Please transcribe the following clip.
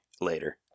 later